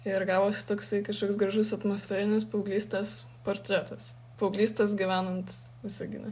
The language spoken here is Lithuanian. ir gavosi toksai kažkoks gražus atmosferinis paauglystės portretas paauglystės gyvenant visagine